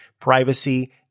privacy